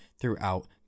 throughout